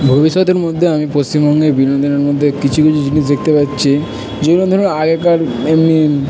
ভবিষ্যতের মধ্যে আমি পশ্চিমবঙ্গের বিনোদনের মধ্যে কিছু কিছু জিনিস দেখতে পাচ্ছি যেগুলো ধরুন আগেকার এমনি